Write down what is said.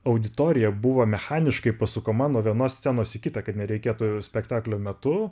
auditorija buvo mechaniškai pasukama nuo vienos scenos į kitą kad nereikėtų spektaklio metu